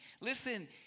Listen